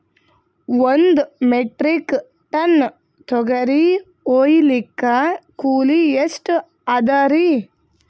ಒಂದ್ metric ton ತೊಗರಿ ಹೋಯಿಲಿಕ್ಕ ಕೂಲಿ ಎಷ್ಟ ಅದರೀ?